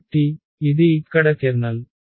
కాబట్టి ఇది ఇక్కడ కెర్నల్